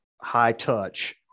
high-touch